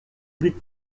but